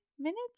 minutes